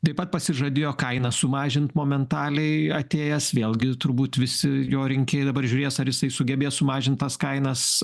taip pat pasižadėjo kainas sumažint momentaliai atėjęs vėlgi turbūt visi jo rinkėjai dabar žiūrės ar jisai sugebės sumažint tas kainas